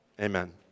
Amen